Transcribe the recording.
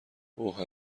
اوه